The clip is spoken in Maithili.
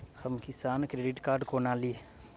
हम किसान क्रेडिट कार्ड कोना ली?